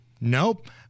Nope